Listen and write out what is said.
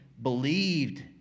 believed